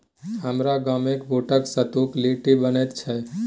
हमर गाममे बूटक सत्तुक लिट्टी बनैत छै